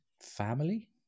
family